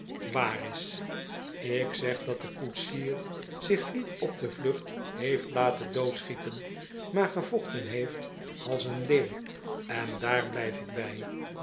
waar is ik zeg dat de koetsier zich niet op de vlucht heeft laten doodschieten maar gevochten heeft als een leeuw en daar blijf ik bij